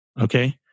Okay